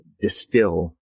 distill